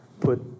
put